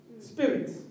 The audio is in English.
spirits